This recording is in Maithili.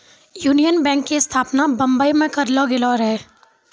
यूनियन बैंक के स्थापना बंबई मे करलो गेलो रहै